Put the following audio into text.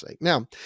Now